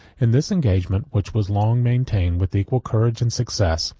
in this engagement, which was long maintained with equal courage and success,